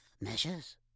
Measures